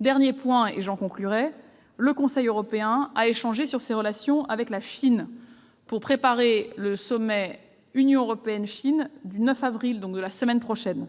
Dernier point pour conclure : le Conseil européen a échangé sur les relations avec la Chine afin de préparer le sommet Union européenne-Chine du 9 avril. La discussion